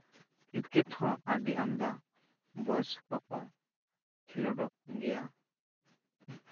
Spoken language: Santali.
ᱠᱨᱤᱠᱮᱴ ᱦᱚᱸ ᱟᱹᱰᱤ ᱟᱢᱫᱟ ᱵᱚᱭᱚᱥ ᱠᱚᱠᱚ ᱠᱷᱮᱞᱳᱰᱚᱜ ᱜᱮᱭᱟ